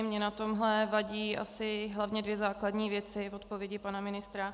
Mně na tomhle vadí asi hlavně dvě základní věci v odpovědi pana ministra.